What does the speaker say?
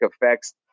effects